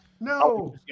No